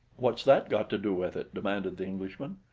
what's that go to do with it? demanded the englishman.